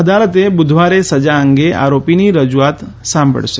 અદાલત બુધવારે સજા અંગે આરોપીની રજુઆત સાંભળશે